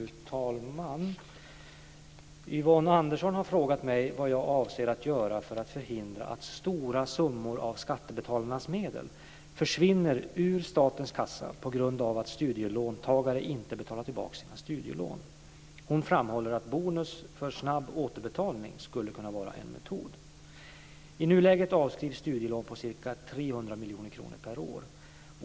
Fru talman! Yvonne Andersson har frågat mig vad jag avser att göra för att förhindra att stora summor av skattebetalarnas medel försvinner ur statens kassa på grund av att studielåntagare inte betalar tillbaka sina studielån. Hon framhåller att bonus för snabb återbetalning skulle kunna vara en metod. I nuläget avskrivs studielån på ca 300 miljoner kronor per år.